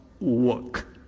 work